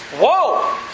Whoa